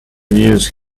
use